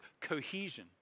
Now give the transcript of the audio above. cohesion